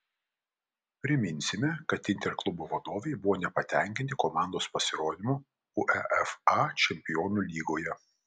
priminsime kad inter klubo vadovai buvo nepatenkinti komandos pasirodymu uefa čempionų lygoje